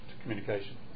communication